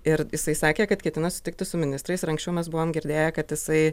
ir jisai sakė kad ketina susitikti su ministrais ir anksčiau mes buvom girdėję kad jisai